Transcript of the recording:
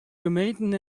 gemeenten